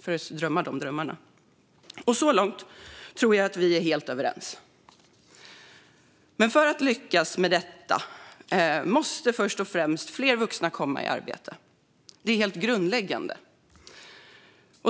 för att drömma sina drömmar. Så långt tror jag att vi är helt överens. Men för att vi ska lyckas med detta måste först och främst fler vuxna komma i arbete. Det är helt grundläggande.